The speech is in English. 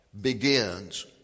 begins